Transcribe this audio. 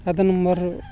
Aadhaar number